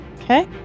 Okay